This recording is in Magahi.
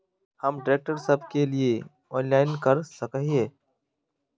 हम ट्रैक्टर सब के लिए ऑनलाइन कर सके हिये?